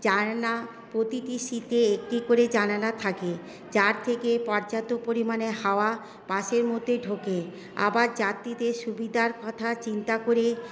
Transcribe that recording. জানলা প্রতিটি সিটে একটি করে জানালা থাকে যার থেকে পর্যাপ্ত পরিমাণে হাওয়া বাসের মধ্যে ঢোকে আবার যাত্রীদের সুবিধার কথা চিন্তা করে